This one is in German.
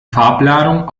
farbladung